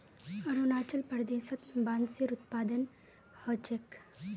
अरुणाचल प्रदेशत बांसेर उत्पादन ह छेक